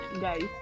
Guys